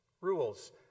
rules